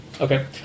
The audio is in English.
Okay